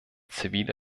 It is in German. zivile